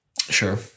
Sure